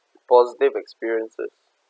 positive experiences